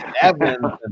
Evans